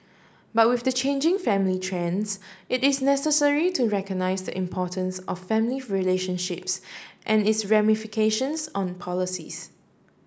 but with changing family trends it is necessary to recognise importance of family relationships and its ramifications on policies